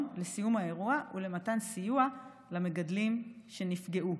לסיום האירוע ולמתן סיוע למגדלים שנפגעו.